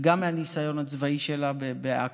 וגם מהניסיון הצבאי שלה באכ"א,